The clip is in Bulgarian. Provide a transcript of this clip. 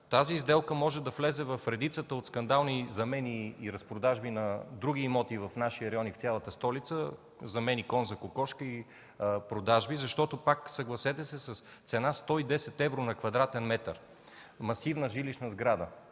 Тази сделка може да влезе в редицата от скандални замени и разпродажби на други имоти в нашия район и в цялата столица – замени „кон за кокошка” и продажби. Защото, съгласете се, с цена 110 евро на квадратен метър масивна жилищна сграда